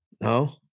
No